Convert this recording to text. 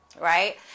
Right